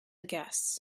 guess